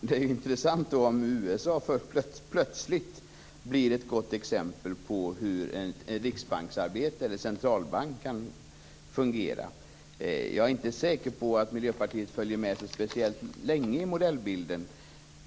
Fru talman! Det är intressant att USA plötsligt blir ett gott exempel på hur en centralbank kan fungera. Jag är inte säker på att Miljöpartiet följer med så speciellt länge i modellbilden.